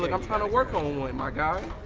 like i'm trying to work on one, my guy.